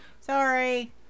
Sorry